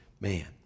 Man